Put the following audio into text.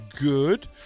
good